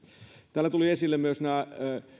täällä tuli esille myös